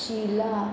शिला